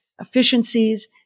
efficiencies